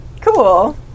cool